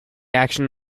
action